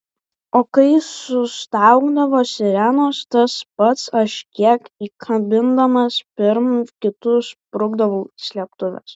o kai sustaugdavo sirenos tas pats aš kiek įkabindamas pirm kitų sprukdavau į slėptuves